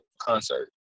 concert